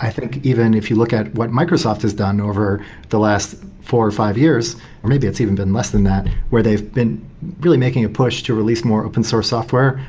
i think, even, if you look at what microsoft has done over the last four or five years, or maybe it's even been less than that, where they've been really making a push to release more open source software,